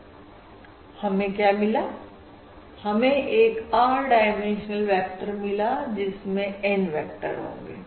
तो हमें क्या मिला हमें एक R डाइमेंशनल वेक्टर मिलेगा जिसमें N वेक्टर होंगे